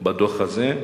בדוח הזה,